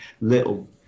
little